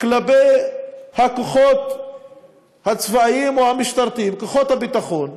כלפי הכוחות הצבאיים או המשטרתיים, כוחות הביטחון,